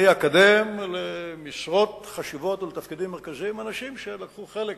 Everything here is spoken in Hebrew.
אני אקדם למשרות חשובות ולתפקידים מרכזיים אנשים שלקחו חלק